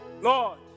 Lord